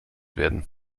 werden